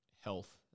health